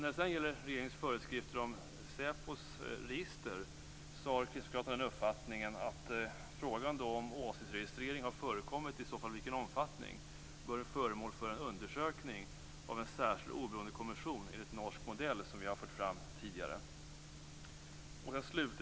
När det sedan gäller regeringens föreskrifter om säpos register har Kristdemokraterna den uppfattningen att frågan om huruvida åsiktsregistrering har förekommit, och i så fall i vilken omfattning, bör bli föremål för en undersökning av en särskild oberoende kommission enligt norsk modell. Det har vi framfört tidigare.